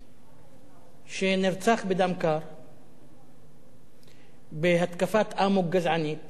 שנרצח בדם קר בהתקפת אמוק גזענית,